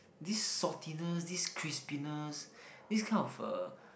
this saltiness this crispiness this kind of uh